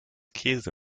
käse